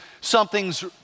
something's